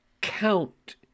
count